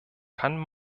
kann